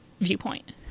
viewpoint